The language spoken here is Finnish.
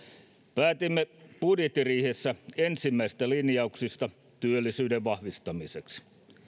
päätimme budjettiriihessä ensimmäisistä linjauksista työllisyyden vahvistamiseksi